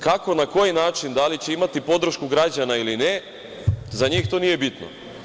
Kako i na koji način, da li će imati podršku građana ili ne, za njih to nije bitno.